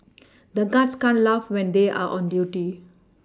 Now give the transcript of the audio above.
the guards can't laugh when they are on duty